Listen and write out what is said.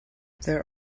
there